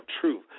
truth